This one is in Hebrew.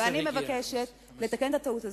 ואני מבקשת לתקן את הטעות הזו,